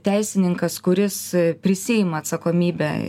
teisininkas kuris prisiima atsakomybę